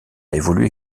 évolué